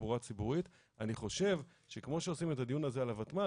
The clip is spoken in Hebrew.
תחבורה ציבורית אני חושב שכמו שעשינו את הדיון הזה על הוותמ"ל,